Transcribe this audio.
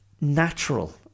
natural